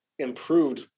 improved